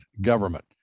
government